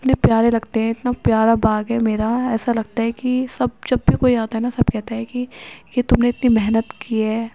اتنے پیارے لگتے ہیں اتنا پیارا باغ ہے میرا ایسا لگتا ہے کہ سب جب بھی کوئی آتا ہے نا سب کہتا ہے کہ یہ تم نے اتنی محنت کی ہے